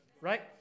Right